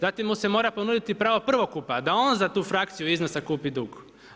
Zatim mu se mora ponuditi pravo prvokupa da on za tu frakciju iznosa kupi dug.